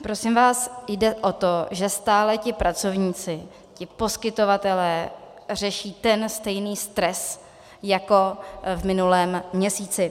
Prosím vás, jde o to, že stále ti pracovníci, ti poskytovatelé řeší ten stejný stres jako v minulém měsíci.